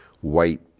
white